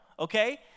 Okay